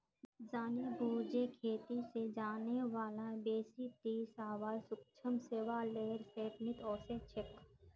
जानेबुझे खेती स जाने बाला बेसी टी शैवाल सूक्ष्म शैवालेर श्रेणीत ओसेक छेक